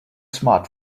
smart